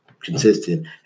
Consistent